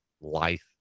life